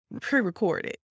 pre-recorded